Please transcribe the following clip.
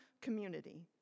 community